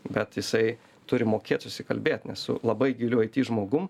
bet jisai turi mokėt susikalbėt su labai giliu aiti žmogum